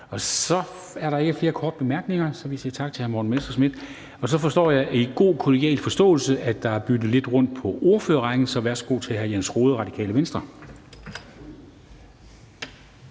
Så er der ikke flere korte bemærkninger, så vi siger tak til hr. Morten Messerschmidt. Så forstår jeg, at der i god kollegial forståelse er byttet lidt rundt på ordførerrækken, så værsgo til hr. Jens Rohde, Det Radikale Venstre.